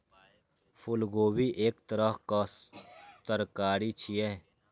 फूलगोभी एक तरहक तरकारी छियै